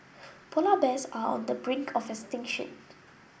polar bears are on the brink of extinction